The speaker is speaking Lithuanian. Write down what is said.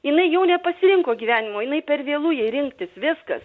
jinai jau nepasirinko gyvenimo jinai per vėlu jai rinktis viskas